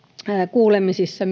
kuulemisissa